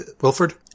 Wilford